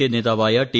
K നേതാവായ T